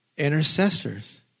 intercessors